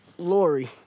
Lori